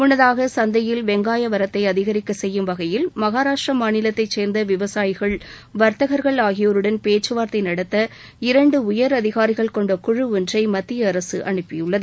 முன்னதாக சந்தையில் வெங்காய வரத்தை அதிகரிக்க செய்யும் வகையில் மகாராஷ்டிர மாநிலத்தை சேர்ந்த விவசாயிகள் வர்த்தகர்கள் ஆகியோருடன் பேச்கவார்த்தை நடத்த இரண்டு உயர் அதிகாரிகள் கொண்ட குழு ஒன்றை மத்திய அரசு அனுப்பியுள்ளது